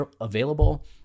available